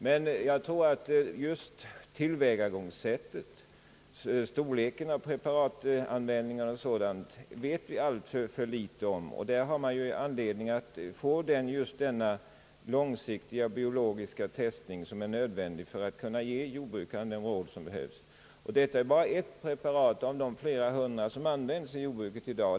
Men det är just tillvägagångssättet, tiden för preparatens användande m.m., som vi vet alltför litet om. Därför finns det all anledning att få till stånd denna långsiktiga biologiska testning, vilken är nödvändig för att kunna ge jordbrukarna de råd som behövs. Amitrol är bara ett preparat av de flera hundra som i dag används i jordbruket.